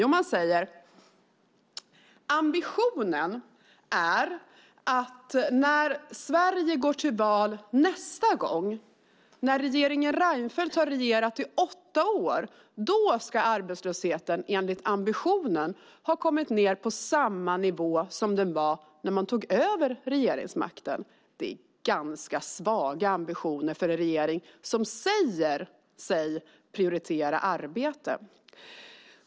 Jo, man säger att ambitionen är att arbetslösheten när Sverige går till val nästa gång och regeringen Reinfeldt suttit i åtta år ska ha kommit ned till samma nivå som när man tog över regeringsmakten. Det är en ganska svag ambition för en regering som säger sig prioritera arbete!